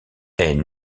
elle